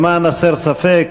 למען הסר ספק,